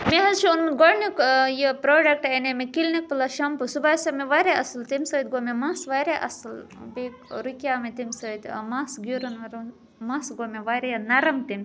مےٚ حظ چھُ اوٚنمُت گۄڈنیُک یہِ پرٛوڈَٮ۪کٹ اَنے مےٚ کِلنِک پٕلَس شَمپوٗ سُہ باسیو مےٚ واریاہ اَصٕل تمہِ سۭتۍ گوٚو مےٚ مَس واریاہ اَصٕل بیٚیہِ رُکیو مےٚ تمہِ سۭتۍ مَس گیرُن مَس گوٚ مےٚ واریاہ نَرم تمہِ